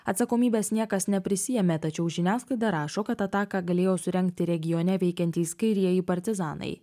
atsakomybės niekas neprisiėmė tačiau žiniasklaida rašo kad ataką galėjo surengti regione veikiantys kairieji partizanai